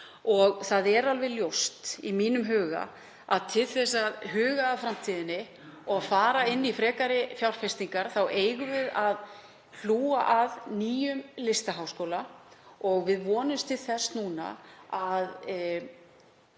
Það er alveg ljóst í mínum huga að til að huga að framtíðinni og fara í frekari fjárfestingar þá eigum við að hlúa að nýjum listaháskóla. Við vonumst til þess að